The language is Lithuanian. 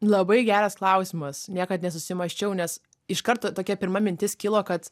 labai geras klausimas niekad nesusimąsčiau nes iš karto tokia pirma mintis kilo kad